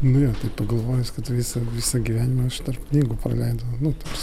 nu jo taip pagalvojus kad visą visą gyvenimą aš tarp knygų praleidau nu toks